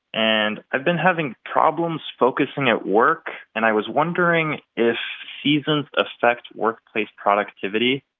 and i've been having problems focusing at work. and i was wondering if seasons affect workplace productivity